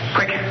Quick